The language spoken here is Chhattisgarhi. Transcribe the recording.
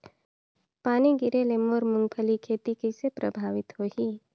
पानी गिरे ले मोर मुंगफली खेती कइसे प्रभावित होही?